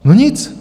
No nic.